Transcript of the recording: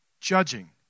judging